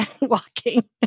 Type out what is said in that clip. walking